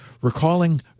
Recalling